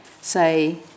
say